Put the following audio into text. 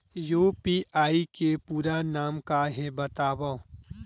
UPI के पूरा नाम का हे बतावव?